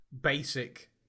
basic